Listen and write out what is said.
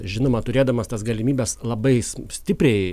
žinoma turėdamas tas galimybes labai stipriai